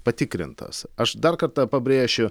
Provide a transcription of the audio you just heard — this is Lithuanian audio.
patikrintas aš dar kartą pabrėšiu